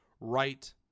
right